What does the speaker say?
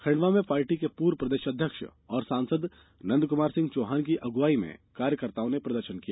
खंडवा में पार्टी के पूर्व प्रदेश अध्यक्ष और सांसद नंदकुमार सिंह चौहान की अगुवाई में कार्यकर्ताओं ने प्रदर्शन किया